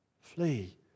flee